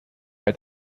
bei